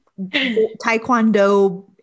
Taekwondo